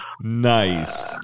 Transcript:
Nice